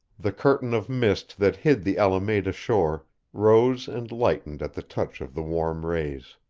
the curtain of mist that hid the alameda shore rose and lightened at the touch of the warm rays.